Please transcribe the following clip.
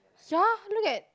ya look at